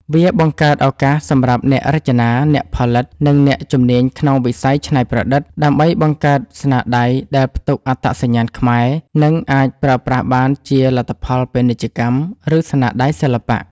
វាបង្កើតឱកាសសម្រាប់អ្នករចនា អ្នកផលិត និងអ្នកជំនាញក្នុងវិស័យច្នៃប្រឌិត ដើម្បីបង្កើតស្នាដៃដែលផ្ទុកអត្តសញ្ញាណខ្មែរ និងអាចប្រើប្រាស់បានជាលទ្ធផលពាណិជ្ជកម្ម ឬស្នាដៃសិល្បៈ។